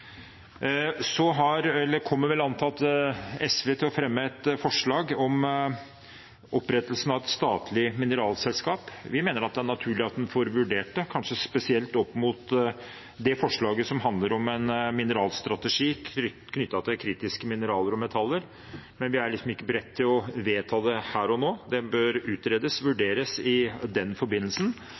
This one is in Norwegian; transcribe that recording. Så kommer antakelig SV til å fremme et forslag om opprettelsen av et statlig mineralselskap. Vi mener at det er naturlig at en får vurdert det, kanskje spesielt opp mot det forslaget som handler om en mineralstrategi knyttet til kritiske mineraler og metaller. Men vi er ikke beredt til å vedta det her og nå. Det bør utredes og vurderes i den